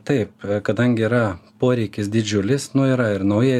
taip kadangi yra poreikis didžiulis nu yra ir naujai